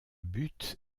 but